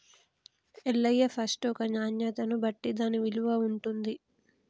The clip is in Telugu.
ఎల్లయ్య ఫస్ట్ ఒక నాణ్యతను బట్టి దాన్న విలువ ఉంటుంది